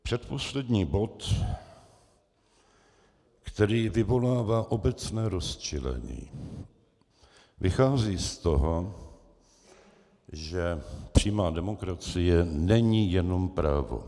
Předposlední bod, který vyvolává obecné rozčilení, vychází z toho, že přímá demokracie není jenom právo.